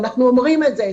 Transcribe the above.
אנחנו אומרים את זה.